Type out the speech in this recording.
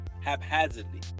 haphazardly